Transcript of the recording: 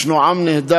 יש עם נהדר,